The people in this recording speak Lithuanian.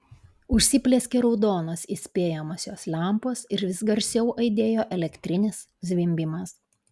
užsiplieskė raudonos įspėjamosios lempos ir vis garsiau aidėjo elektrinis zvimbimas